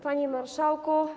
Panie Marszałku!